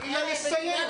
אבל -- תנו לה לסיים.